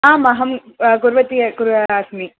आम् अहं कुर्वती कुर् अस्मि